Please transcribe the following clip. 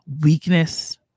weakness